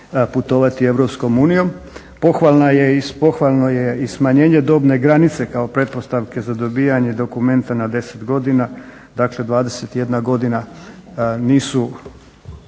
putovati Europskom unijom. Pohvalno je i smanjenje dobne granice kao pretpostavke za dobivanje dokumenta na 10 godina, dakle 21 godina. Nisu